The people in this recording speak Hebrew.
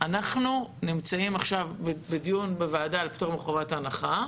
שאנחנו נמצאים עכשיו בדיון בוועדה על פטור מחובת הנחה